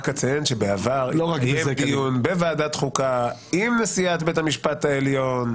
רק אציין שבעבר התקיים דיון בוועדת חוקה עם נשיאת בית המשפט העליון,